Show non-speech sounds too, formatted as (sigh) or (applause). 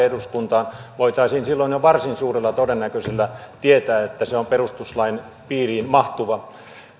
(unintelligible) eduskuntaan voitaisiin silloin jo varsin suurella todennäköisyydellä tietää että se on perustuslain piiriin mahtuva